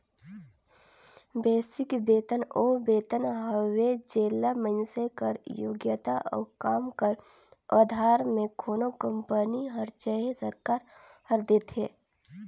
basic बेतन ओ बेतन हवे जेला मइनसे कर योग्यता अउ काम कर अधार में कोनो कंपनी हर चहे सरकार हर देथे